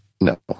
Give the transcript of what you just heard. No